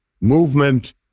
movement